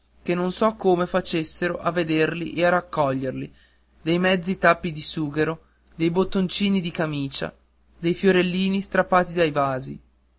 che non so come facessero a vederli e a raccoglierli dei mezzi tappi di sughero dei bottoncini di camicia dei fiorellini strappati dai vasi